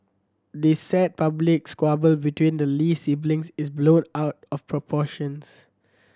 this sad public squabble between the Lee siblings is blown out of proportions